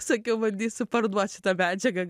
sakiau bandysiu parduot šitą medžiagą